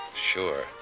sure